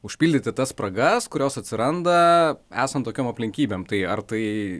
užpildyti tas spragas kurios atsiranda esant tokiom aplinkybėm tai ar tai